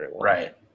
right